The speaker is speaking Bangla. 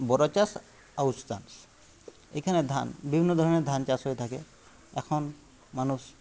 বোরো চাষ আউস চাষ এখানে ধান বিভিন্ন ধরণের ধান চাষ হয়ে থাকে এখন মানুষ